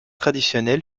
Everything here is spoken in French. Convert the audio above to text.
traditionnel